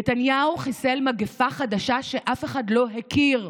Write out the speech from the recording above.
נתניהו חיסל מגפה חדשה, שאף אחד לא הכיר.